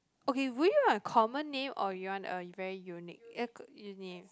okay will you want a common name or you want a very unique uh unique name